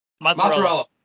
Mozzarella